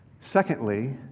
secondly